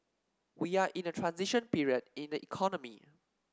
we are in a transition period in the economy